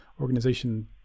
organization